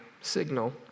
signal